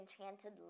enchanted